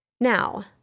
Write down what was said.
Now